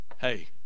Hey